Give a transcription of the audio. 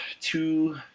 two